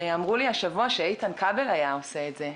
אמרו לי השבוע שאיתן כבל היה עושה את זה.